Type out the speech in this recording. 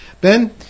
Ben